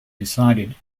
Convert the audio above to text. decided